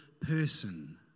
person